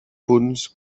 punts